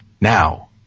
Now